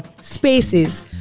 Spaces